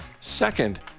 Second